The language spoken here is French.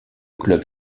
club